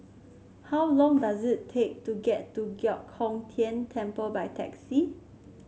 how long does it take to get to Giok Hong Tian Temple by taxi